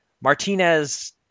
Martinez